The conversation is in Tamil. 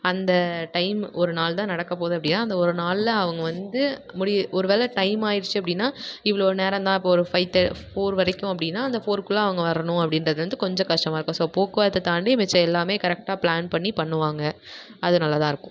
அந்த டைம் ஒரு நாள் தான் நடக்க போகுது அப்படின்னா அந்த ஒரு நாளில் அவங்க வந்து முடி ஒரு வேளை டைம் ஆயிடுச்சு அப்படின்னா இவ்வளோ நேரம் தான் இப்போ ஒரு ஃபைவ் த ஃபோர் வரைக்கும் அப்படின்னா அந்த ஃபோர்க்குள்ளே அவங்க வரணும் அப்படின்றது வந்து கொஞ்சம் கஷ்டமாக இருக்கும் ஸோ போக்குவரத்தை தாண்டி மிச்ச எல்லாமே கரெக்டாக பிளான் பண்ணி பண்ணுவாங்க அது நல்லா தான் இருக்கும்